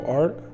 art